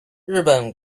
日本